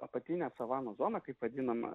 apatinė savanų zona kaip vadinama